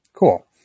Cool